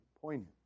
poignant